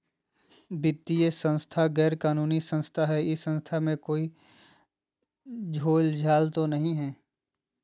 वित्तीय संस्था गैर कानूनी संस्था है इस संस्था में कोई झोलझाल तो नहीं है?